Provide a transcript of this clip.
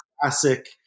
classic